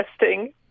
interesting